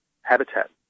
habitat